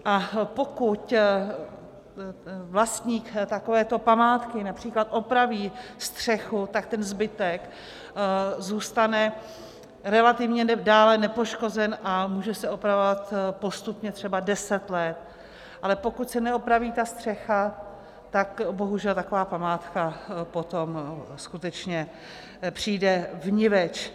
A pokud vlastník takové památky například opraví střechu, tak ten zbytek zůstane relativně dále nepoškozen a může se opravovat postupně třeba deset let, ale pokud se neopraví ta střecha, tak bohužel taková památka potom skutečně přijde vniveč.